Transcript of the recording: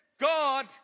God